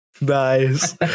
Nice